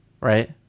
right